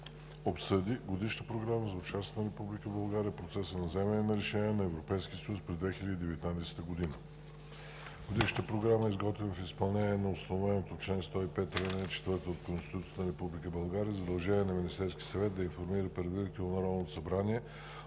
обсъди Годишната програма за участие на Република България в процеса на вземане на решения на Европейския съюз през 2019 г. Годишната програма е изготвена в изпълнение на установеното в чл. 105, ал. 4 от Конституцията на Република България задължение на Министерския съвет да информира предварително Народното събрание